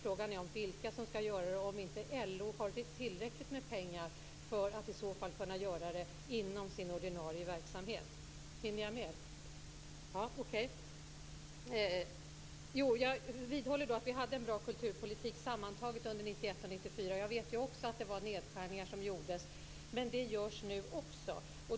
Frågan är vilka som skall göra det och om inte LO har tillräckligt med pengar för att i så fall kunna göra det inom sin ordinarie verksamhet. Jag vidhåller att vi sammantaget hade en bra kulturpolitik under åren 1991-1994, och jag vet också att nedskärningar då gjordes men sådana görs också nu.